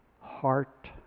heart